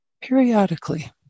periodically